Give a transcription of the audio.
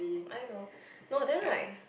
I know no then like